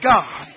God